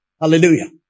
Hallelujah